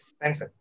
Thanks